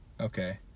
Okay